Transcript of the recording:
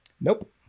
Nope